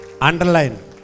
Underline